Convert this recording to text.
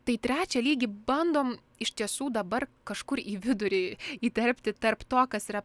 tai trečią lygį bandom iš tiesų dabar kažkur į vidurį įterpti tarp to kas yra